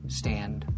stand